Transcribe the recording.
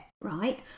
right